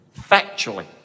factually